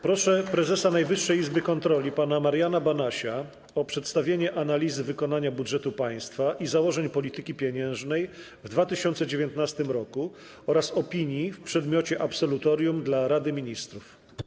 Proszę prezesa Najwyższej Izby Kontroli pana Mariana Banasia o przedstawienie analizy wykonania budżetu państwa i założeń polityki pieniężnej w 2019 r. oraz opinii w przedmiocie absolutorium dla Rady Ministrów.